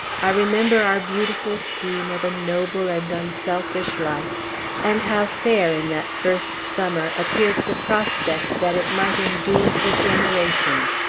i remember our beautiful scheme of a noble and unselfish life and how fair, in that first summer, appeared the prospect that it might endure for generations,